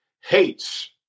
hates